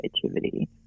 creativity